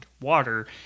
water